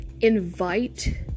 invite